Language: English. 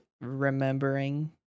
remembering